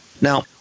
Now